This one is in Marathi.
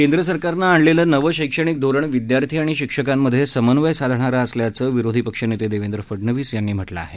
केंद्र सरकारनं आणलेलं नवं शक्तिक धोरण विद्यार्थी आणि शिक्षकांमधे समन्वय साधणारं असल्याचं विरोधपक्षनेते देवेंद्र फडनवीस यांनी म्हटलं आहे